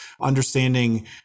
understanding